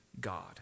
God